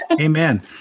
Amen